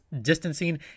distancing